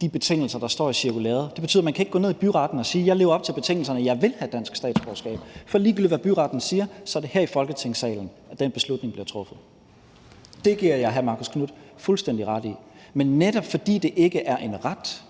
de betingelser, der står i cirkulæret. Det betyder, at man ikke kan gå ned i byretten og sige: Jeg lever op til betingelserne, jeg vil have dansk statsborgerskab. For ligegyldigt hvad byretten siger, er det her i Folketingssalen, at den beslutning bliver truffet. Det giver jeg hr. Marcus Knuth fuldstændig ret i. Men netop fordi det ikke er en ret,